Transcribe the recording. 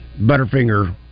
Butterfinger